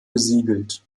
besiegelt